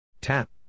Tap